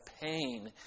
pain